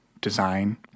design